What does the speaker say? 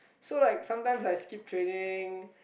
so like sometimes I skip training